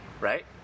right